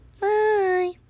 Bye